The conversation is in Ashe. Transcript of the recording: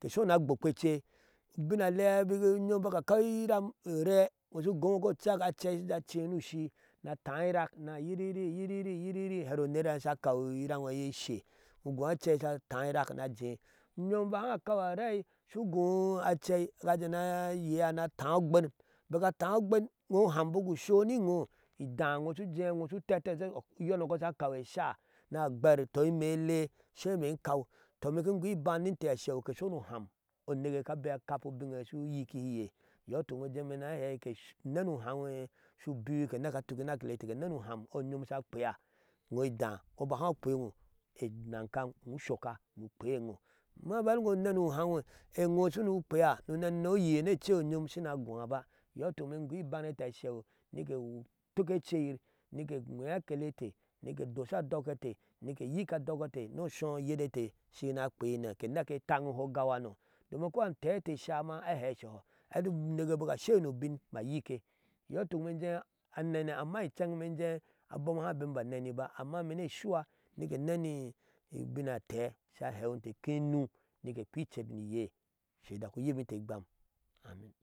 ke sho ni agbokpe ece, ubin alea unyom bik akaw iran iree ijo shu goono kocak acei ajee ace ni ushii ni ataa irak ni ayiriri ayiriri here unerha sha kaw taa irak ni ajee unyom bik haa akaw arei shu goo acei ga ajee ni a yea ni ataaugben bik ataa ogben iŋo bik uham bik ushoni ŋo, idaa iŋo shu ino shu tete sha hee eti ok uyɔŋko sha akaw esha ni agber tɔ imee ele she imee in kaw tɔ time ki ingoo iban ni inte ashew ke sho ni uham unekeye ka bea akapi ubinneye shu iya anyikihiye iyɔɔituk imee ni ahai ke nene uhamgweye shu biwi ke neke atukki ni akele inte ke nene uham onyon sha kpea, ino idaa ino bik haa ukpea ino enankan anankan ushokka ukpea e ino amma bik ino unena uhamŋwe eno shunu kpea ni unene ni oye ni ece onyon shima goa ba iyɔɔ ituk imee ingoo ibaŋŋe e inte ashɛ nike wur tuk eceyir ni ke enwee akele e inte ni ke edosha adok e inte yik a ndɔk e inte some oyedete shina akpeine ke neke etannihe ogawhano domin ko antɛɛ einte esha ma ahɛɛ ishohɔ uneke abik ashei ni ubin ma yikke. iyɔɔ ituk imee in jee amene amma incan imee in jee abom ha bemibo aneni ba, amma imee ni eshua ni ke eneni ubin antee sha hewinte ki inu nike ekpea ecer ni iyee. ushe udak uyikinte igbam